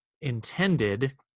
intended